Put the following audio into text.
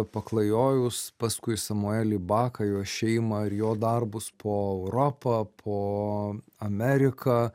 paklajojus paskui samuelį baką jo šeimą ir jo darbus po europą po ameriką